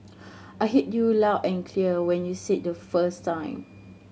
I heard you loud and clear when you said the first time